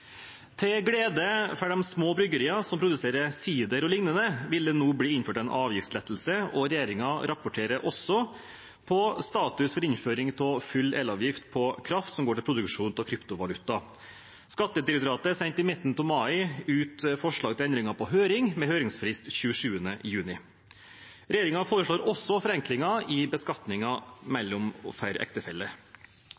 Til glede for de små bryggeriene som produserer sider og lignende, vil det nå bli innført en avgiftslettelse. Regjeringen rapporterer også på status for innføring av full elavgift på kraft som går til produksjon av kryptovaluta. Skattedirektoratet sendte i midten av mai ut forslag til endringer på høring, med høringsfrist 27. juni. Regjeringen foreslår også forenklinger i